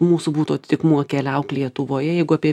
mūsų būtų atitikmuo keliauk lietuvoje jeigu apie